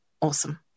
awesome